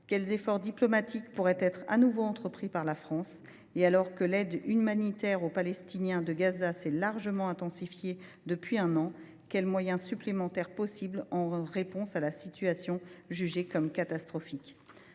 Quels efforts diplomatiques pourraient être de nouveau entrepris par la France ? Alors que l’aide humanitaire aux Palestiniens de Gaza s’est largement intensifiée depuis un an, quels sont les moyens supplémentaires possibles en réponse à cette situation jugée catastrophique ?